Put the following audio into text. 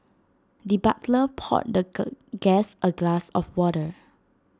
the butler poured the guest A glass of water